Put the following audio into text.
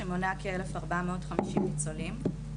שמונה כ- 1,450 ניצולים.